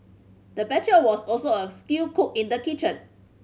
the butcher was also a skilled cook in the kitchen